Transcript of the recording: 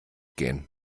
gehen